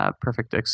perfect